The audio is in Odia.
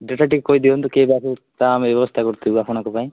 ଡେଟ୍ଟା ଟିକେ କହି ଦିଅନ୍ତୁ କେଇ ବାରେ ତାହା ଆମେ ବ୍ୟବସ୍ଥା କରିଥିବୁ ଆପଣଙ୍କ ପାଇଁ